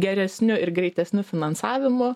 geresniu ir greitesniu finansavimu